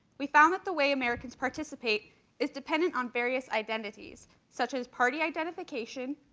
we found that the way americans participate is dependent on various identities such as party identification,